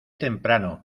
temprano